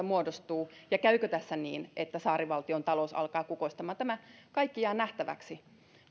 muodostuu ja käykö tässä niin että saarivaltion talous alkaa kukoistamaan tämä kaikki jää nähtäväksi